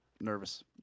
nervous